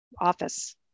office